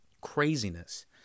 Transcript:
Craziness